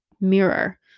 mirror